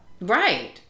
Right